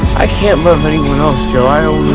i can't love anyone else jo, i